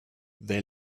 they